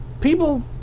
People